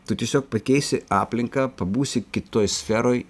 tu tiesiog pakeisi aplinką pabūsi kitoj sferoj